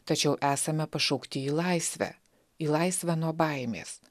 tačiau esame pašaukti į laisvę į laisvę nuo baimės